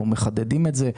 אנחנו מחדדים את זה.